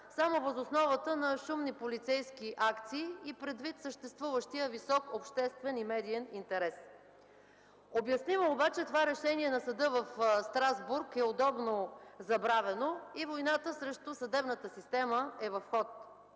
само въз основата на шумни полицейски акции и предвид съществуващия висок обществен и медиен интерес? Обяснимо обаче това решение на съда в Страсбург е удобно забравено и войната срещу съдебната система е в ход